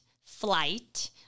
flight